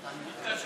נתקבלה.